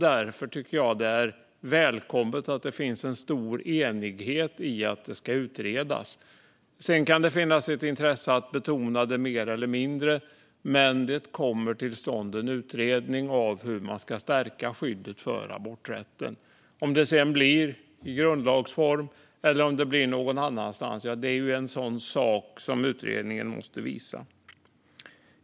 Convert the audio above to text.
Därför tycker jag att det är välkommet att det finns en stor enighet i att detta ska utredas, och sedan kan det finnas intresse av att betona det mer eller mindre. Det kommer hur som helst till stånd en utredning om hur man ska stärka skyddet för aborträtten. Om det sedan blir i grundlagsform eller någon annanstans är en sådan sak som utredningen får visa.